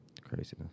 Craziness